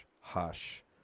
hush